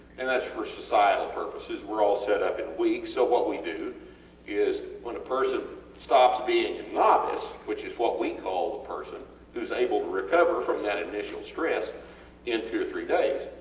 and as for societal purposes were all set up in weeks so what we do is when a person stops being a novice, which is what we call a person whos able to recover from that initial stress in two or three days,